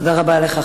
תודה רבה לך,